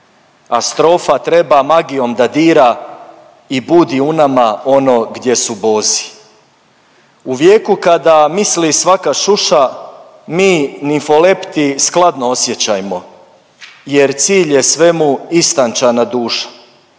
a strofa treba magijom da dira i budi u nama ono gdje su bozi . U vijeku kada misli svaka šuša mi nimfolepti skladno osjećajmo jer cilj je svemu istančana duša.